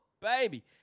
baby